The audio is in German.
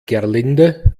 gerlinde